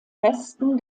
resten